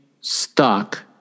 stuck